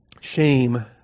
shame